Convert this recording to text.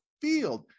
field